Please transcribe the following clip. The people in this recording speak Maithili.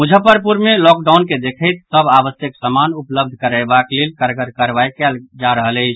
मुजफ्फरपुर मे लॉकडाउन के देखैत सभ आवश्यक सामान उपलब्ध करयबाक लेल कड़गर कार्रवाई कयल जा रहल अछि